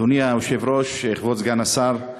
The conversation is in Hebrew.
אדוני היושב-ראש, כבוד סגן השר,